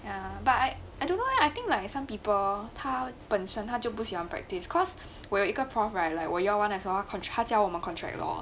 err but I don't know leh I think like some people 它本身他就不喜欢 practice cause 我有一个 prof right like 我 year one 的时候他教我们 contract law